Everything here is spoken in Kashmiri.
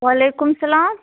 وعلیکُم اسلام